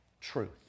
truth